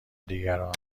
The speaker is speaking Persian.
دیگران